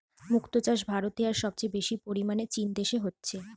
মুক্তো চাষ ভারতে আর সবচেয়ে বেশি পরিমাণে চীন দেশে হচ্ছে